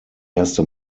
erste